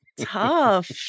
Tough